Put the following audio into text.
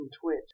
Twitch